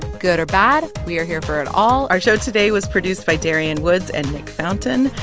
good or bad. we are here for it all our show today was produced by darian woods and nick fountain.